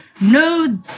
No